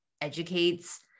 educates